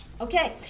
Okay